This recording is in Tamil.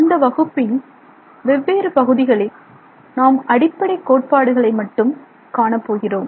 இந்த வகுப்பின் வெவ்வேறு பகுதிகளில் நாம் அடிப்படை கோட்ப்பாடுகளை மட்டும் காணப்போகிறோம்